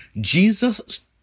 Jesus